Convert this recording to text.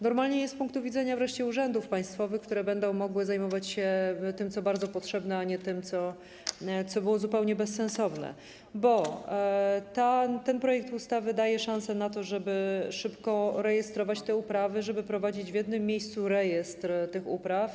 Normalnieje wreszcie z punktu widzenia urzędów państwowych, które będą mogły zajmować się tym, co bardzo potrzebne, a nie tym, co było zupełnie bezsensowne, bo ten projekt ustawy daje szansę na to, żeby szybko rejestrować te uprawy, żeby prowadzić w jednym miejscu rejestr tych upraw.